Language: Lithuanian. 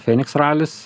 feniks ralis